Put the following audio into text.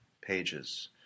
pages